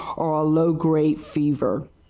or ah low grade fever.